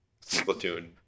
Splatoon